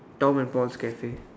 Tom and Paul's cafe